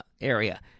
area